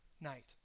night